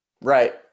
Right